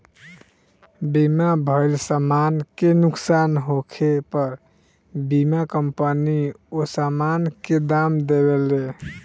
बीमा भइल समान के नुकसान होखे पर बीमा कंपनी ओ सामान के दाम देवेले